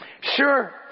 Sure